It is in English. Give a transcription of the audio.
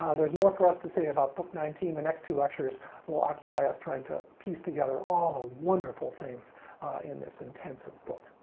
ah there's more for us to say about book nineteen. the next two lectures will occupy us trying to piece together all the wonderful things in this intensive book.